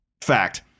fact